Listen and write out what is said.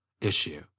issue